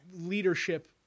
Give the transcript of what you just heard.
leadership